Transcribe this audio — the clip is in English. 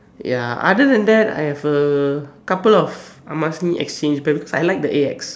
ya other than that I have a couple of Armani-exchange bag because I like that AX